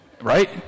right